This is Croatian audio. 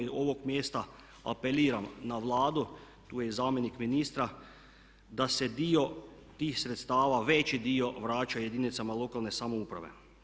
I iz ovog mjesta apeliram na Vladu, tu je i zamjenik ministra da se dio tih sredstava, veći dio vraća jedinicama lokalne samouprave.